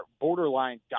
borderline